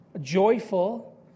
joyful